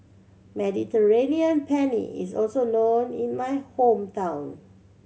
Mediterranean Penne is also known in my hometown